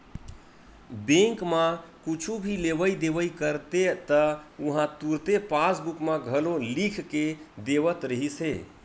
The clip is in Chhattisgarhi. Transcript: बेंक म कुछु भी लेवइ देवइ करते त उहां तुरते पासबूक म घलो लिख के देवत रिहिस हे